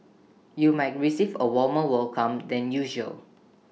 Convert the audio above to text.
you might receive A warmer welcome than usual